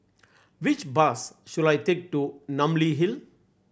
which bus should I take to Namly Hill